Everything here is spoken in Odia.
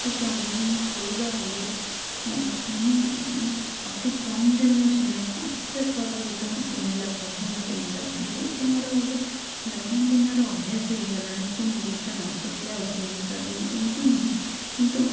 ଅତିକମ୍ରେ ମୁଁ ଶୋଇବା ଆଗରୁ ଅତିକମ୍ରେ ମୁଁ ଶୁଣେ ପାଞ୍ଚଟା ଛଅଟା ଗୀତ ମୁଁ ଶୁଣିଲା ପରେ ହିଁ ମୋତେ ନିଦ ଆସିଯାଏ ଏଇଟା ମୋର ଗୋଟେ ଦୈନନ୍ଦିନର ଅଭ୍ୟାସ ହେଇଗଲାଣି କି ମୁଁ କି ଗୀତ ନ ଶୁଣିଲେ ଆଉ ଶୋଇପାରୁନି ଏମିତି ନୁହେଁ କିନ୍ତୁ